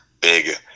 big